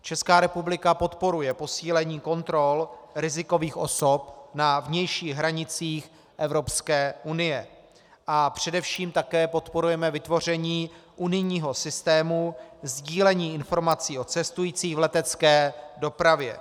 Česká republika podporuje posílení kontrol rizikových osob na vnějších hranicích Evropské unie a především také podporujeme vytvoření unijního systému sdílení informací o cestujících v letecké dopravě.